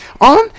on